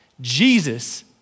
Jesus